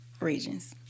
Regions